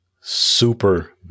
super